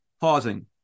pausing